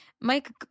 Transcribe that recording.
Mike